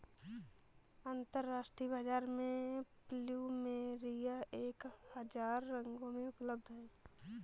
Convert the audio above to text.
अंतरराष्ट्रीय बाजार में प्लुमेरिया एक हजार रंगों में उपलब्ध हैं